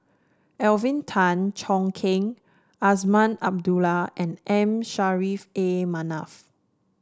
Alvin Tan Cheong Kheng Azman Abdullah and M Saffri A Manaf